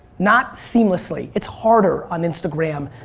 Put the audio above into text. not seamlessly. it's harder on instagram.